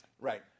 Right